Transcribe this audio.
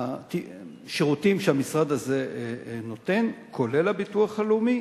השירותים שהמשרד הזה נותן, כולל הביטוח הלאומי,